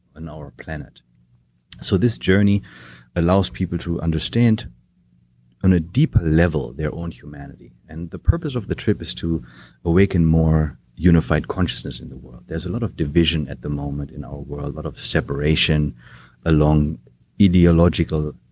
and our planet so this journey allows people to understand on a deeper level their own humanity. and the purpose of the trip is to awaken more unified consciousness in the world. there's a lot of division at the moment in our world, a lot of separation along ideological,